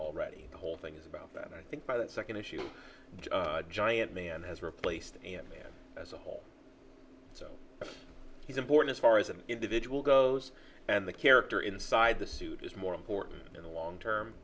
already the whole thing is about that i think by that second issue giant man has replaced him as a whole so he's important as far as an individual goes and the character inside the suit is more important in the long term